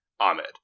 Ahmed